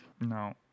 No